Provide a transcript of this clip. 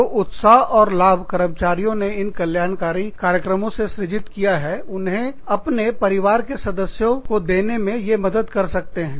जो उत्साह और लाभ कर्मचारियों ने इन कल्याणकारी कार्यक्रमों से सृजित किया है उन्हें अपने परिवार के सदस्यों को देने में ये मदद कर सकते हैं